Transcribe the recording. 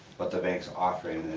but the bank is offering,